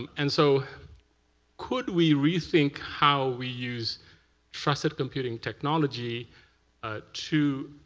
um and so could we rethink how we use trusted computing technology to,